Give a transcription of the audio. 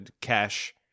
cash